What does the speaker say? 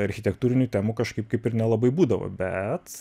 architektūrinių temų kažkaip kaip ir nelabai būdavo bet